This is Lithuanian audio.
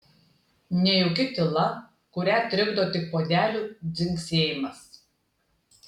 nejauki tyla kurią trikdo tik puodelių dzingsėjimas